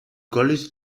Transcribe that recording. college